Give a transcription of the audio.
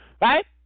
Right